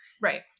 Right